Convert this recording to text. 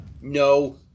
No